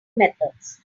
methods